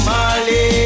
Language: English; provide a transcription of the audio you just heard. Mali